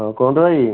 ହଁ କୁହନ୍ତୁ ଭାଇ